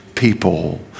people